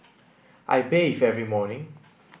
I bathe every morning